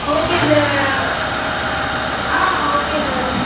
okay sir ah okay sir